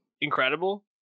incredible